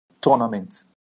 tournament